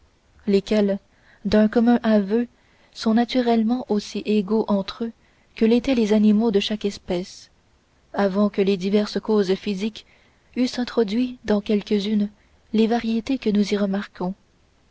lesquels d'un commun aveu sont naturellement aussi égaux entre eux que l'étaient les animaux de chaque espèce avant que diverses causes physiques eussent introduit dans quelques-unes les variétés que nous y remarquons